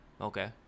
Okay